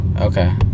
okay